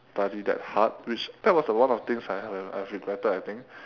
study that hard which that was the one of the things that I have I have regretted I think